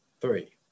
Three